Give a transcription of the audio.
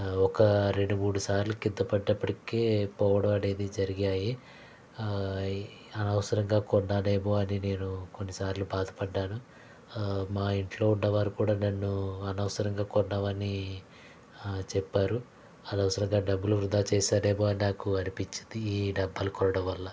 ఒక రెండు మూడు సార్లు కింద పడ్డప్పటికీ పోవడం అనేది జరిగాయి అనవసరంగా కొన్నానేమో అని నేను కొన్నిసార్లు బాధపడ్డాను మా ఇంట్లో ఉన్నవారు కూడా నన్ను అనవసరంగా కొన్నావని చెప్పారు అనవసరంగా డబ్బులు వృధా చేశానేమో అని నాకు అనిపించింది ఈ డబ్బాలు కొనడం వల్ల